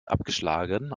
abgeschlagen